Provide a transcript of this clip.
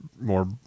more